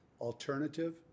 alternative